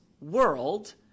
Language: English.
world